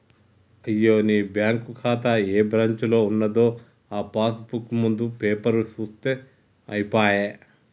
అయ్యో నీ బ్యాంకు ఖాతా ఏ బ్రాంచీలో ఉన్నదో ఆ పాస్ బుక్ ముందు పేపరు సూత్తే అయిపోయే